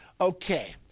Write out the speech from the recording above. Okay